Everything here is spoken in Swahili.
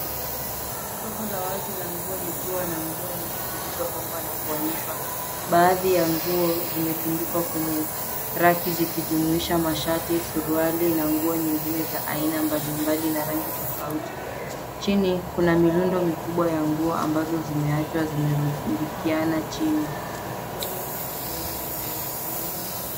Soko la wazi la nguo likiwa na nguo nyingi zilizopangwa na kuonyeshwa. Baadhi ya nguo zimetundikwa kwenye raki zikijumuisha mashati, suruali na nguo nyingine za aina mbalimbali na rangi tofauti. Chini, kuna mirundo mikubwa ya nguo ambazo zimewachwa zimerundikiana chini.